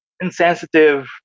insensitive